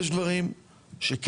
יש דברים שכן,